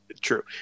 True